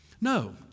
No